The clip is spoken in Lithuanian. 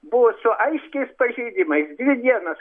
buvo su aiškiais pažeidimais dvi dienas